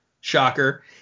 shocker